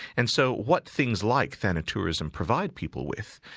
and so what things like thanatourism provide people with,